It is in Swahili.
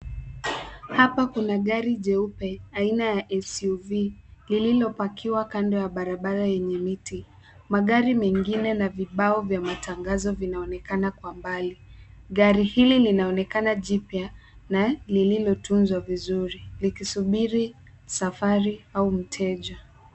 Hapa kuna gari jeupe aina ya SUV lililopakiwa kando ya barabara yenye miti. Magari mengine na vibao vya matangazo vinaonekana kwa mbali. Gari hili linaonekana jipya na lililotunzwa vizuri, likisubiri safari au mteja.